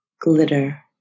glitter